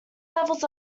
levels